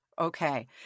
Okay